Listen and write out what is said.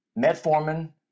metformin